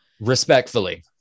Respectfully